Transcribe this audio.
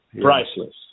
priceless